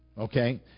okay